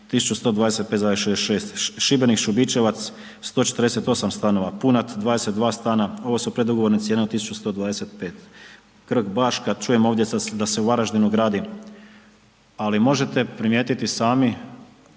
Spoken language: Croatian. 1.125,66. Šibenik Šubičevac 148 stanova, Punat 22 stana ovo su predugovorne cijene od 1.125, Krk Baška čujem ovdje da se u Varaždinu gradi, ali možete primijetiti sami